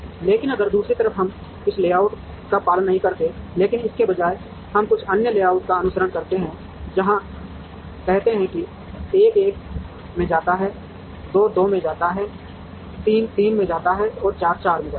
लेकिन अगर दूसरी तरफ हम इस लेआउट का पालन नहीं करते हैं लेकिन इसके बजाय हम कुछ अन्य लेआउट का अनुसरण करते हैं जहां कहते हैं कि 1 1 में जाता है 2 2 में जाता है 3 3 में जाता है और 4 4 में जाता है